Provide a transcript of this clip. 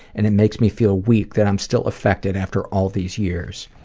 and it makes me feel weak that i'm still affected after all these years.